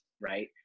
right